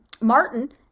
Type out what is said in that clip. Martin